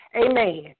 Amen